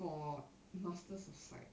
for masters of psych